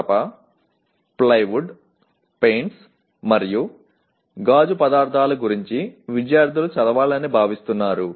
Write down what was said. కలప plywood paints మరియు గాజు పదార్థాల గురించి విద్యార్థులు చదవాలని భావిస్తున్నారు